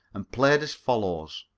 and played as follows.